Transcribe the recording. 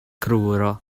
kruro